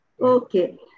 Okay